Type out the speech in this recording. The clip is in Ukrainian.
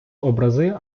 образи